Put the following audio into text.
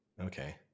okay